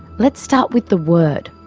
let's start with the word,